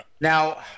now